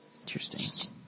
Interesting